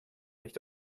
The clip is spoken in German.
nicht